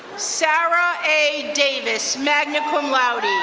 sarah a. davis, magna cum laude,